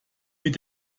mit